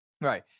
right